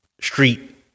street